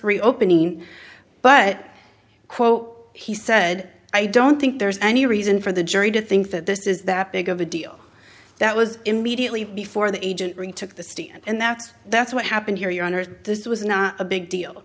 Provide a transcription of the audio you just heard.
three opening but quote he said i don't think there's any reason for the jury to think that this is that big of a deal that was immediately before the agent ring took the stand and that's that's what happened here your honor this was not a big deal